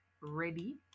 ready